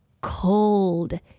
cold